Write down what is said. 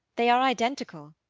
they are identical.